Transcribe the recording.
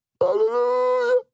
hallelujah